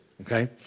Okay